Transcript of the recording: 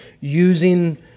using